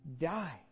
die